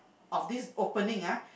of this opening ah